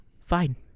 Fine